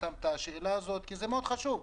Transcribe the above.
אותם את השאלה הזאת כי זה מאוד חשוב.